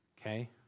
Okay